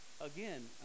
Again